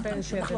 את היושבת-ראש.